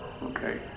Okay